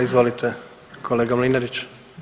Izvolite kolega Mlinarić.